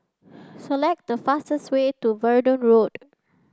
select the fastest way to Verdun Road